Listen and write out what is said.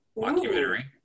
documentary